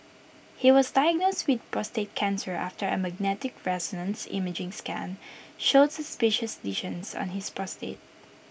he was diagnosed with prostate cancer after A magnetic resonance imaging scan showed suspicious lesions on his prostate